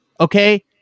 Okay